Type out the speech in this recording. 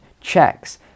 checks